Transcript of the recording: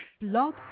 Love